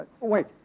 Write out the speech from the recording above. Wait